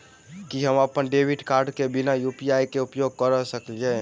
की हम अप्पन debit card केँ बिना यु.पी.आई केँ उपयोग करऽ सकलिये?